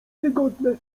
wygodne